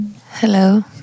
Hello